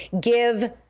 give